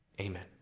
Amen